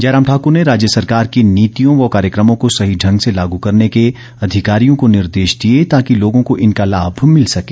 जयराम ठाकर ने राज्य सरकार की नीतियों व कार्यकमों को सही ढंग से लागू करने के अधिकारियों को निर्देश दिए ताकि लोगों को इनका लाम मिल सके